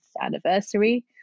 anniversary